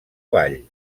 ball